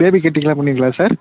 baby கட்டிங்லாம் பண்ணுவீங்களா sir